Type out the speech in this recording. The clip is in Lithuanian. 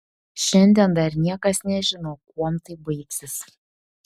šiandien dar niekas nežino kuom tai baigsis